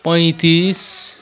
पैँतिस